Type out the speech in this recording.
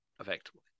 effectively